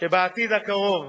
שבעתיד הקרוב,